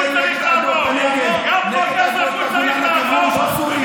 גם אם אתם תתנגדו וזה יעבור בקולות האופוזיציה,